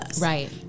Right